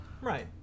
Right